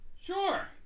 Sure